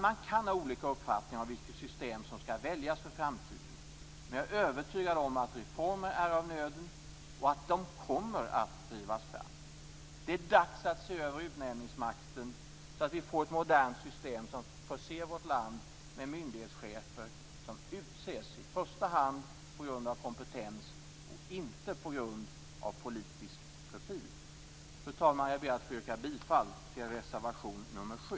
Man kan ha olika uppfattning om vilket system som skall väljas för framtiden. Jag är dock övertygad om att reformer är av nöden och att de kommer att drivas fram. Det är dags att se över utnämningsmakten så att vi får ett modernt system som förser vårt land med myndighetschefer som utses i första på grund av kompetens och inte på grund av politisk profil. Fru talman! Jag ber att få yrka på godkännande av anmälan i reservation 7.